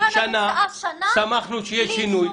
שנה, סמכנו שיהיה שינוי.